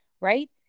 Right